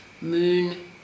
Moon